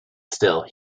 still